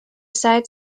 site